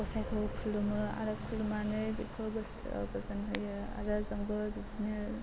गसायखौ खुलुमो आरो खुलुमनानै बेखौ गोसोआव गोजोन होयो आरो जोंबो बिदिनो